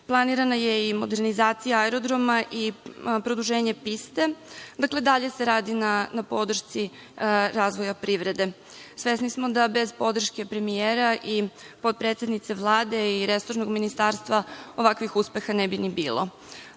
Planirana je modernizacija aerodroma i produženje piste. Dakle, dalje se radi na podršci razvoja privrede. Svesni smo da bez podrške premijera i potpredsednice Vlade i resornog ministarstva ovakvih uspeha ne bi ni bilo.